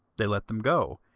they let them go,